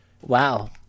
Wow